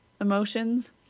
emotions